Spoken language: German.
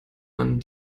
man